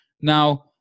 Now